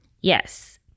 Yes